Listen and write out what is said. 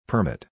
Permit